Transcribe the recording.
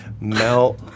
Mel